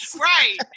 Right